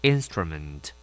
Instrument